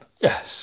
Yes